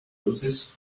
louses